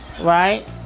right